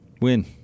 Win